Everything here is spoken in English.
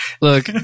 look